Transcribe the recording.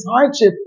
hardship